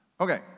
Okay